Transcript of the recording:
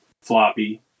floppy